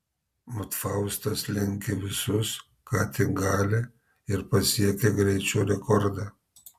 mat faustas lenkia visus ką tik gali ir pasiekia greičio rekordą